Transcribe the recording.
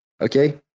Okay